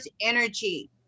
energy